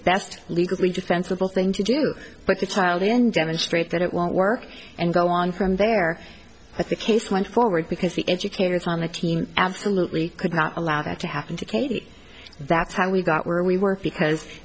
best legally defensible thing to do but the child in demonstrate that it won't work and go on from there but the case went forward because the educators on the team absolutely could not allow that to happen to katie that's how we got where we were because